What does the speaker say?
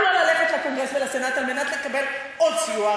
לא ללכת לקונגרס ולסנאט על מנת לקבל עוד סיוע,